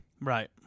Right